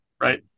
right